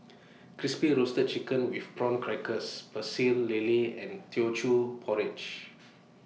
Crispy Roasted Chicken with Prawn Crackers Pecel Lele and Teochew Porridge